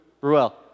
Ruel